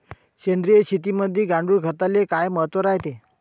सेंद्रिय शेतीमंदी गांडूळखताले काय महत्त्व रायते?